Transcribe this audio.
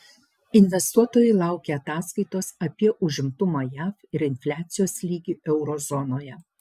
investuotojai laukia ataskaitos apie užimtumą jav ir infliacijos lygį euro zonoje